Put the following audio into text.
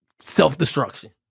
self-destruction